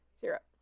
syrup